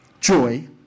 joy